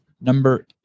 Number